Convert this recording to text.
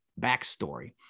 backstory